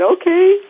okay